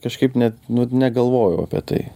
kažkaip net negalvojau apie tai